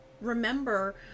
remember